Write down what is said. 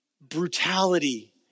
brutality